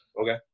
Okay